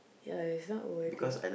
ya is not worth it